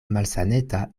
malsaneta